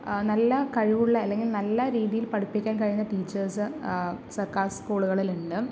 നല്ല കഴിവുള്ള അല്ലെങ്കിൽ നല്ല രീതിയിൽ പഠിപ്പിക്കാൻ കഴിവുള്ള ടീച്ചേഴ്സ് സർക്കാർ സ്കൂളുകളിലുണ്ട്